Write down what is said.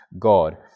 God